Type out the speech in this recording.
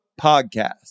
podcast